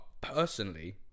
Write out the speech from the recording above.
personally